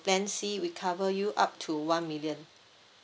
plan C we cover you up to one million